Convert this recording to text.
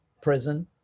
prison